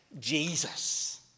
Jesus